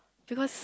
because